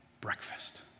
breakfast